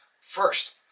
First